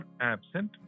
absent